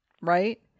right